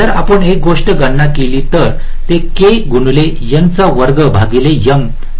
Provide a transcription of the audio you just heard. जर आपण एक छोटी गणना केली तर ते होईल